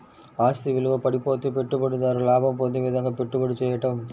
ఆస్తి విలువ పడిపోతే పెట్టుబడిదారు లాభం పొందే విధంగాపెట్టుబడి చేయడం